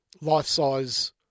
life-size